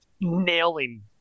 nailing